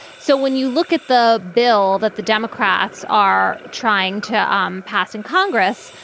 so when you look at the bill that the democrats are trying to um pass in congress.